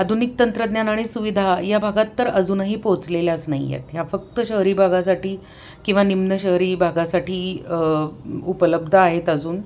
आधुनिक तंत्रज्ञान आणि सुविधा या भागात तर अजूनही पोहोचलेल्याच नाही आहेत या फक्त शहरी भागासाठी किंवा निम्न शहरी भागासाठी उपलब्ध आहेत अजून